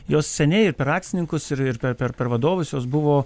jos seniai ir per akcininkus ir ir per per vadovus jos buvo